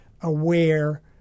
aware